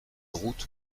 route